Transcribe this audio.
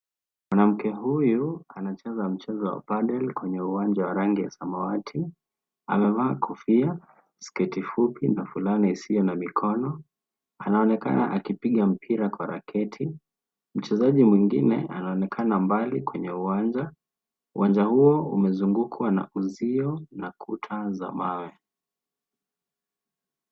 Mwanamke huyu anacheza mchezo wa padel kwenye uwanja wa rangi ya samawati. Amevaa kofia, sketi fupi na fulani isiyo na mikono. Anaonekana akipiga mpira kwa raketi. Mchezaji mwingine anaonekana mbali kwenye uwanja. Uwanja huo umezungukwa na uzio na kuta za mawe.